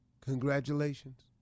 Congratulations